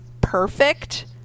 perfect